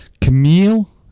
Camille